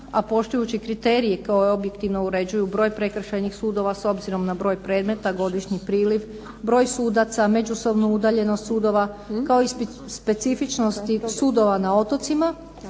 a poštujući kriterije koji objektivno uređuju broj prekršajnih sudova s obzirom na broj predmeta, godišnji priliv, broj sudaca, međusobnu udaljenost sudova kao i specifičnosti sudova na otocima.